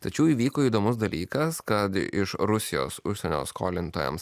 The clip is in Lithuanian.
tačiau įvyko įdomus dalykas kad iš rusijos užsienio skolintojams